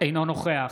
אינו נוכח